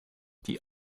die